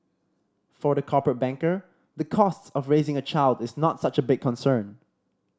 for the corporate banker the costs of raising a child is not such a big concern